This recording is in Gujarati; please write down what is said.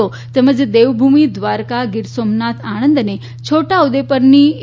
ઓ તેમજ દેવભૂમિ દ્વારકા ગીર સોમનાથ આણંદ અને છોટાઉદેપ્રરની એ